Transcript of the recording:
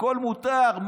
הכול מותר.